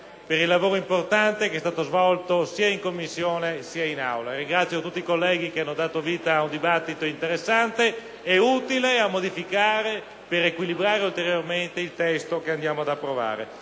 per il lavoro importante svolto sia in quella sede sia in Aula. Ringrazio tutti i colleghi che hanno dato vita a un dibattito interessante e utile per modificare, equilibrandolo ulteriormente, il testo che andiamo ad approvare.